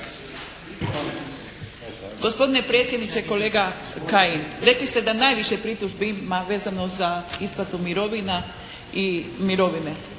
Gospodine predsjedniče, kolega Kajin. Rekli ste da najviše pritužbi ima vezano za isplatu mirovina i mirovine.